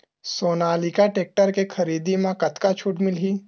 Sonalika tractor के खरीदी मा कतका छूट मीलही?